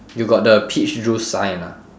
you got the peach juice sign ah